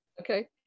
Okay